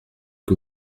que